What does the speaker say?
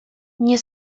nie